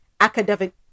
academic